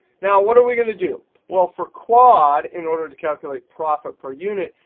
now what are we going to do? well, for quad, in order to calculate profit per unit,